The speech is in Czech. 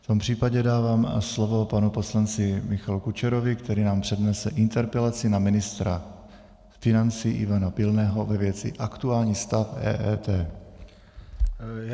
V tom případě dávám slovo panu poslanci Michalu Kučerovi, který nám přednese interpelaci na ministra financí Ivana Pilného ve věci aktuální stav EET.